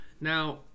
Now –